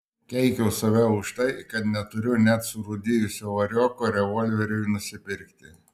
keikiau save už tai kad neturiu net surūdijusio varioko revolveriui nusipirkti